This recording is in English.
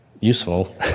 useful